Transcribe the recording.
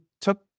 took